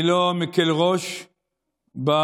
אני לא מקל ראש בקושי,